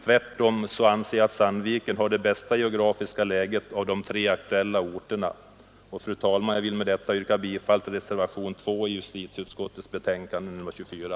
Tvärtom anser jag att Sandviken har det bästa geografiska läget av de tre aktuella orterna. Fru talman! Jag yrkar bifall till reservationen 2 till justitieutskottets betänkande nr 24.